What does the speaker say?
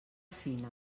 fina